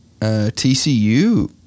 TCU